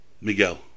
Miguel